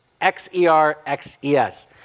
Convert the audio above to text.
X-E-R-X-E-S